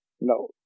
No